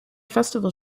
festival